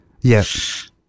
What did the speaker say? yes